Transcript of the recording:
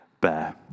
bear